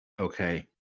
Okay